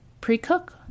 pre-cook